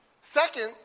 Second